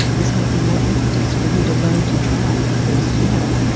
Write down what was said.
this may be more impetus for you to learn to drive because, you know,